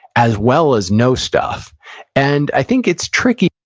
as well as know stuff and, i think it's tricky,